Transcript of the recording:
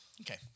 Okay